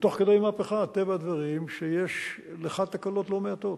תוך כדי מהפכה טבע הדברים הוא שיש לך תקלות לא מעטות.